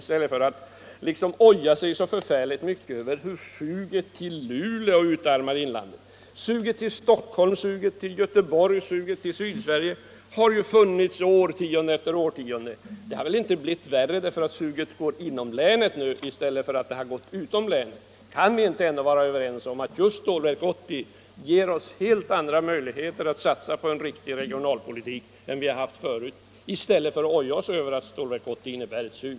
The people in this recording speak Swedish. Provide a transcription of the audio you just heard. Man behöver inte klaga så förfärligt mycket över hur suget till Luleå utarmar inlandet. Suget till Stockholm, suget till Göteborg, suget till Sydsverige har ju funnits årtionde efter årtionde. Det blir väl inte värre om suget nu går inom länet i stället för utom länet? Kan vi inte ändå vara överens om att just Stålverk 80 ger oss helt andra möjligheter att satsa på en riktig regionalpolitik än vi har haft förut, i stället för att oja oss över att Stålverk 80 innebär ett sug?